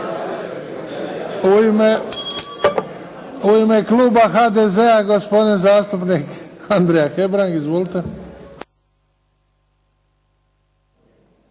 U ime kluba HDZ-a gospodin zastupnik Andrija Hebrang. Izvolite.